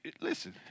listen